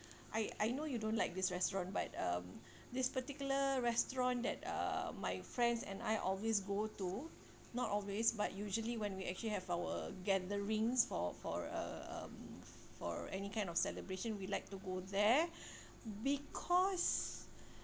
I I know you don't like this restaurant but um this particular restaurant that uh my friends and I always go to not always but usually when we actually have our gatherings for for uh um for any kind of celebration we like to go there because